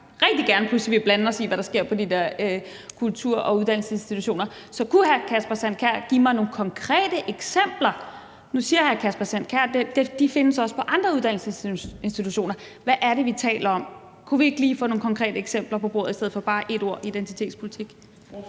rigtig gerne pludselig vil blande os i, hvad der sker på de der kultur- og uddannelsesinstitutioner, er. Så kunne hr. Kasper Sand Kjær give mig nogle konkrete eksempler? Nu siger hr. Kasper Sand Kjær, at det også findes på andre uddannelsesinstitutioner. Hvad er det, vi taler om? Kunne vi ikke lige få nogle konkrete eksempler på bordet i stedet for bare ét ord, altså identitetspolitik?